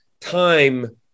time